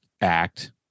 act